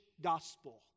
gospel